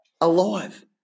alive